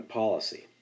policy